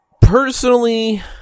Personally